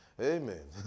amen